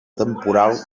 temporal